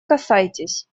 касайтесь